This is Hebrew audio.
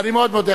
אני מאוד מודה.